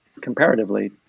comparatively